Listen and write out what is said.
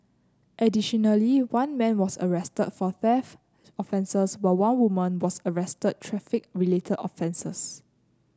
additionally one man was arrested for theft offences while one woman was arrested traffic related offences